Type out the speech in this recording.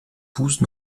pousse